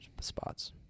spots